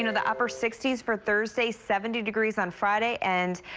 you know, the upper sixty s for thursday, seventy degrees on friday. and